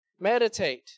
meditate